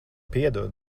piedod